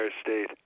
state